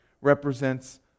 represents